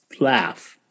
laugh